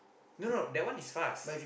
no no that one is fast